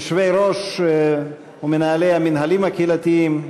יושבי-ראש ומנהלי המינהלים הקהילתיים,